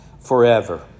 forever